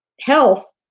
health